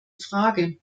frage